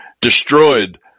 destroyed